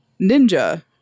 ninja